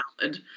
valid